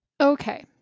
okay